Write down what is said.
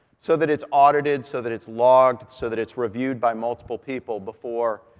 so that it's audited, so that it's logged, so that it's reviewed by multiple people before,